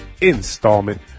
installment